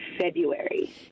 February